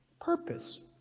Purpose